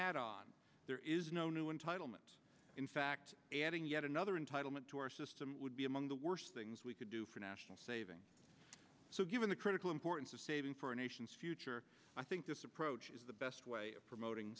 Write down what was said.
add on there is no new entitlement in fact adding yet another entitlement to our system would be among the worst things we could do for national savings so given the critical importance of saving for a nation's future i think this approach is the best way of promoting